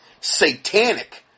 satanic